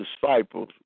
disciples